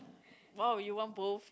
!wow! you want both